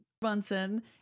Bunsen